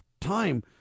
time